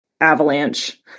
avalanche